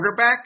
quarterbacks